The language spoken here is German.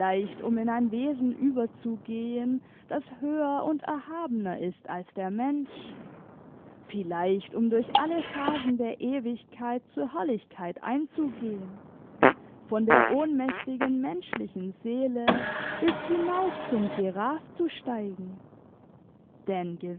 um in ein wesen überzugehen das höher und erhabener ist als der mensch vielleicht um durch alle phasen der ewigkeit zur herrlichkeit einzugehen von der ohnmächtigen menschlichen seele bis hinauf zum seraph zu steigen